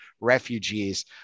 refugees